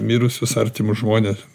mirusius artimus žmones